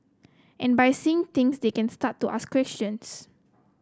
and by seeing things they can start to ask questions